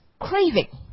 craving